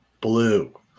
blue